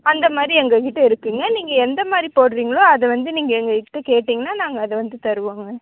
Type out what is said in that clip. அந்த மாதிரி எங்கள்கிட்ட இருக்குங்க நீங்கள் எந்த மாதிரி போடுகிறீங்களோ அதை வந்து நீங்கள் எங்கள்கிட்ட கேட்டிங்கன்னா நாங்கள் அதை வந்து தருவங்க